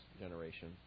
generation